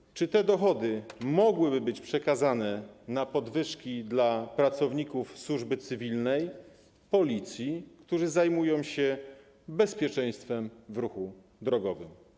I czy te dochody mogłyby być przekazane na podwyżki dla pracowników służby cywilnej w Policji, którzy zajmują się bezpieczeństwem w ruchu drogowym?